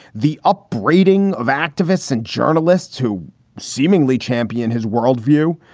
the upbraiding of activists and journalists who seemingly champion his world view,